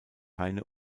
heine